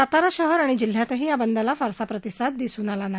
सातारा शहर आणि जिल्ह्यातही या बंदला फारसा प्रतिसाद दिसून आला नाही